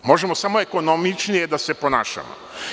Možemo samo ekonomičnije da se ponašamo.